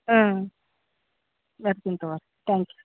ಹ್ಞೂ ಬರ್ತೀನಿ ತಗೊಳ್ರಿ ಟ್ಯಾಂಕ್ ಯು